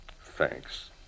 Thanks